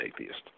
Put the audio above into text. atheist